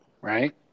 Right